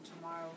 tomorrow